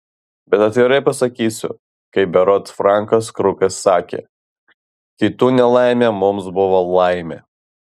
bet atvirai pasakysiu kaip berods frankas krukas sakė kitų nelaimė mums buvo laimė